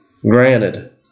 Granted